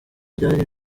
byari